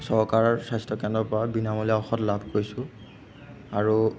চৰকাৰৰ স্বাস্থ্যকেন্দ্ৰৰপৰা বিনামূলীয়া ঔষধ লাভ কৰিছোঁ আৰু